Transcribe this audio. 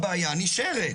הבעיה נשארת.